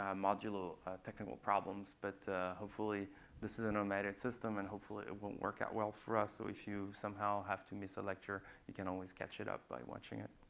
um module technical problems. but this is an automated system. and hopefully, it will work out well for us. so if you somehow have to miss a lecture, you can always catch it up by watching it.